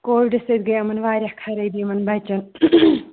کووِڑٕ سۭتۍ گٔے یِمن واریاہ خرٲبی یِمن بچن